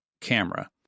camera